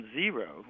zero